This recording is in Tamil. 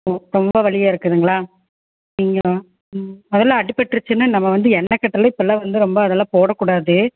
ஓ ரொம்ப வலியா இருக்குதுங்களா நீங்கள் ம் முதல அடிப்பட்ருச்சுன்னா நம்ம வந்து எண்ண கட்டுலாம் இப்பலாம் வந்து ரொம்ப அதெலாம் போடக்கூடாது